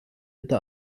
bitte